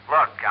Look